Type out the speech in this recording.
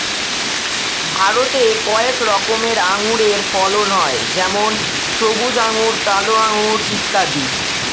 ভারতে কয়েক রকমের আঙুরের ফলন হয় যেমন সবুজ আঙুর, কালো আঙুর ইত্যাদি